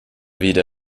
wieder